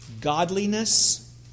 godliness